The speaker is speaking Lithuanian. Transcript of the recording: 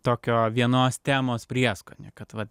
tokio vienos temos prieskonio kad vat